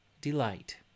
delight